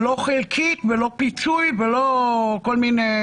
ולא חלקית ולא פיצוי ולא כל מיני